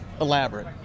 elaborate